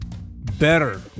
Better